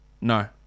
No